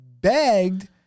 begged